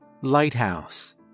Lighthouse